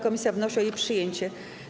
Komisja wnosi o jej przyjęcie.